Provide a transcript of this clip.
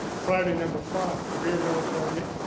priority number five, career, military,